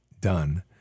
Done